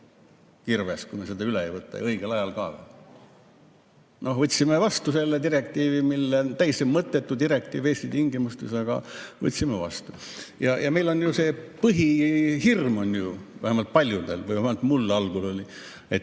kirves, kui me seda üle ei võta, ja õigel ajal ka. Võtsime vastu selle direktiivi, täiesti mõttetu direktiivi Eesti tingimustes, aga võtsime vastu. Meil on ju see põhihirm, vähemalt paljudel või vähemalt mul algul oli, et